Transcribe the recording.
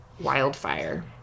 Wildfire